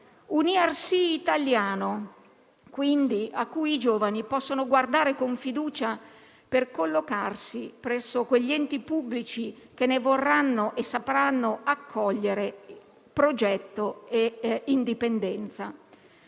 Un ERC italiano quindi a cui i giovani possano guardare con fiducia per collocarsi presso quegli enti pubblici che ne vorranno e sapranno accogliere progetto e indipendenza.